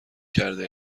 کرده